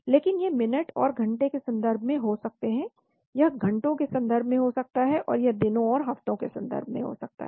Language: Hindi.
जबकि ये मिनट और घंटे के संदर्भ में हो सकते हैं यह घंटों के संदर्भ में हो सकता है और यह दिनों और हफ्तों के संदर्भ में हो सकता है